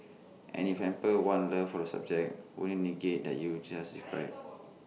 and if hampers one's love for the subject wouldn't IT negate that you've just described